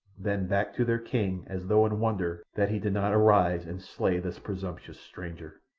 then back to their king as though in wonder that he did not arise and slay this presumptuous stranger.